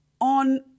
on